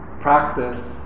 practice